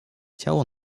ciało